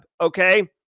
Okay